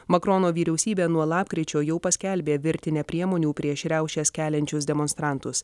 makrono vyriausybė nuo lapkričio jau paskelbė virtinę priemonių prieš riaušes keliančius demonstrantus